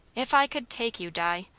if i could take you, di!